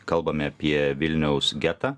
kalbame apie vilniaus getą